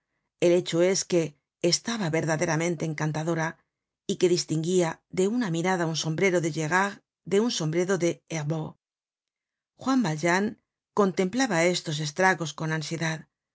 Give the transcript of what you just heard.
el hecho es que estaba verdaderamente encantadora y que distinguía de una mirada un sombrero de gerard de un sombrero de herbaut juan valjean contemplaba estos estragos con ansiedad